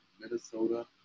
Minnesota